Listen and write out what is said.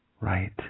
right